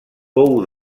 pou